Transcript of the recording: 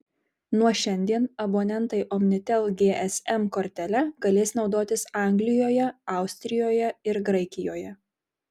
nuo šiandien abonentai omnitel gsm kortele galės naudotis anglijoje austrijoje ir graikijoje